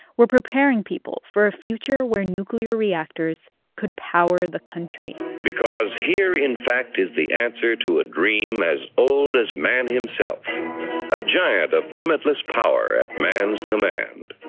were preparing people for a future where nuclear reactors could power the country because here, in fact, is the answer to a dream as old as man himself a giant of limitless power at man's command.